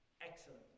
Excellent